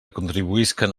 contribuïsquen